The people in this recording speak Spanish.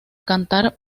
cantar